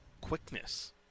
quickness